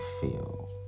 feel